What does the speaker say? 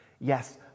Yes